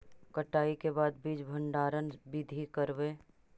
कटाई के बाद बीज भंडारन बीधी करबय?